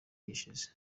gishize